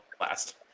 last